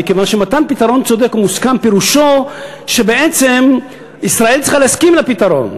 מכיוון שמתן פתרון צודק ומוסכם פירושו שבעצם ישראל צריכה להסכים לפתרון.